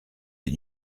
des